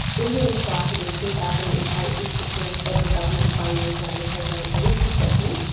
we really started in two thousand and eight with securing federal government funding for undertaking a risk assessment,